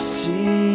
see